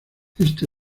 este